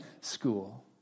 school